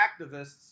activists